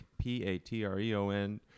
P-A-T-R-E-O-N